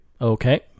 Okay